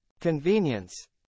Convenience